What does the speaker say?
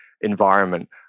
environment